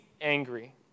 angry